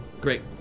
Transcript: Great